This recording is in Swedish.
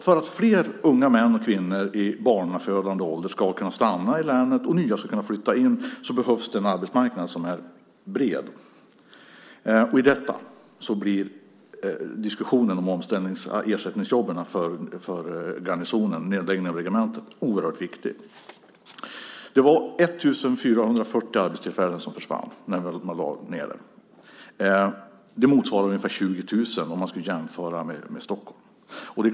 För att fler unga män och kvinnor i fertil ålder ska kunna stanna i länet och för att nya ska kunna flytta in behövs det en arbetsmarknad som är bred, och därför blir diskussionen om ersättningsjobben för garnisonen, nedläggningen av regementet, oerhört viktig. Det var 1 440 arbetstillfällen som försvann när man lade ned regementet. Det motsvarar ungefär 20 000 arbetstillfällen om man skulle jämföra med Stockholm.